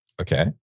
Okay